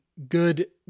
good